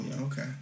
Okay